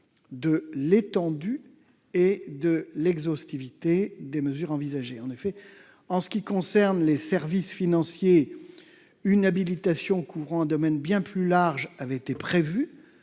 de l'étendue et de l'exhaustivité des mesures envisagées. En ce qui concerne les services financiers, une habilitation couvrant un domaine bien plus large avait été prévue